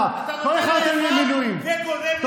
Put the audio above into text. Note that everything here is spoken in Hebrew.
אל תעשה טובה.